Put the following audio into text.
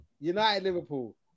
United-Liverpool